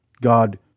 God